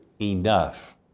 enough